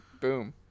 boom